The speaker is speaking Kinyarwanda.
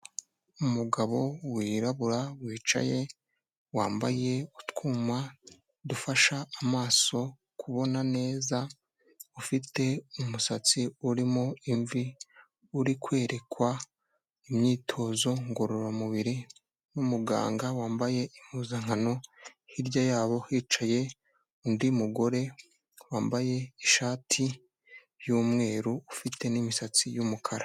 Umugabo wirabura wicaye wambaye utwuma dufashe amaso kubona neza, ufite umusatsi urimo imvi, uri kwerekwa imyitozo ngororamubiri, n'umuganga wambaye impuzankano, hirya yabo hicaye undi mugore wambaye ishati y'umweru ufite n'imisatsi y'umukara.